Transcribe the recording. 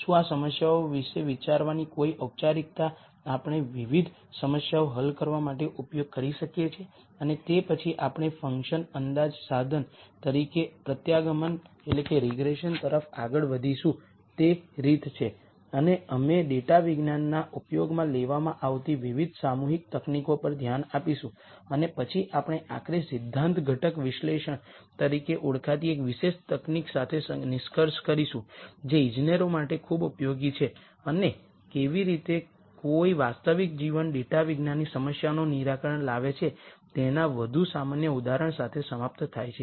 શું આ સમસ્યાઓ વિશે વિચારવાની કોઈ ઔપચારિકતા આપણે વિવિધ સમસ્યાઓ હલ કરવા માટે ઉપયોગ કરી શકીએ છીએ અને તે પછી આપણે ફંક્શન અંદાજ સાધન તરીકે પ્રત્યાગમાન તરફ આગળ વધીશું તે રીત છે અને અમે ડેટાવિજ્ઞાનના ઉપયોગમાં લેવામાં આવતી વિવિધ સામૂહિક તકનીકો પર ધ્યાન આપીશું અને પછી આપણે આખરે સિદ્ધાંત ઘટક વિશ્લેષણ તરીકે ઓળખાતી એક વિશેષ તકનીક સાથે નિષ્કર્ષ કરીશું જે ઇજનેરો માટે ખૂબ ઉપયોગી છે અને કેવી રીતે કોઈ વાસ્તવિક જીવન ડેટાવિજ્ઞાનની સમસ્યાઓનું નિરાકરણ લાવે છે તેના વધુ સામાન્ય ઉદાહરણ સાથે સમાપ્ત થાય છે